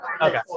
okay